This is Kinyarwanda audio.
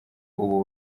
ubu